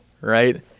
right